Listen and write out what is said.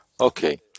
Okay